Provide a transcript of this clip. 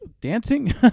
dancing